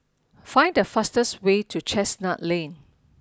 find the fastest way to Chestnut Lane